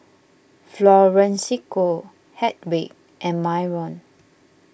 Florencio Hedwig and Myron